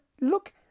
look